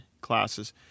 classes